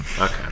Okay